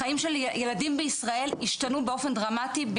החיים של ילדים בישראל השתנו באופן דרמטי,